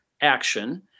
action